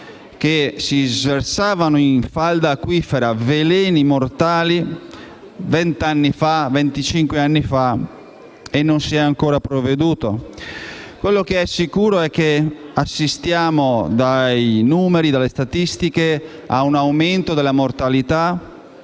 che si sversavano in falda acquifera veleni mortali venti o venticinque anni fa e che non si sia ancora provveduto? Quello che è sicuro è che assistiamo, dai numeri e dalle statistiche, a un aumento della mortalità